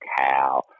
cow